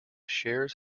shares